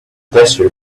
desert